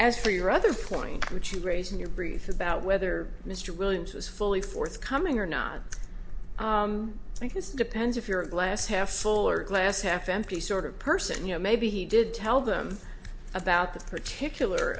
as for your other point which you raise in your brief about whether mr williams was fully forthcoming or not i think it's depends if you're a glass half full or glass half empty sort of person you know maybe he did tell them about this particular